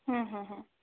হু হু হু